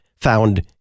found